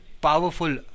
powerful